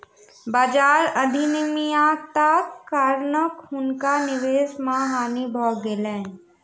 बाजार अनियमित्ताक कारणेँ हुनका निवेश मे हानि भ गेलैन